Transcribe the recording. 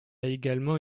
également